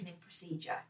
procedure